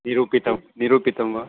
निरूपितं निरूपितं वा